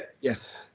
Yes